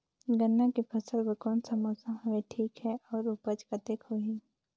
गन्ना के फसल बर कोन सा मौसम हवे ठीक हे अउर ऊपज कतेक होही?